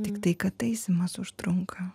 tiktai kad taisymas užtrunka